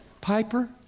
Piper